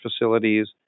facilities